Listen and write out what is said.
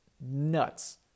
Nuts